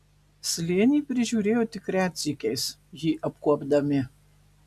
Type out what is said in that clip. slėnį prižiūrėjo tik retsykiais jį apkuopdami